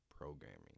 programming